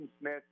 Smith